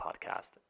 podcast